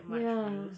ya